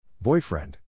Boyfriend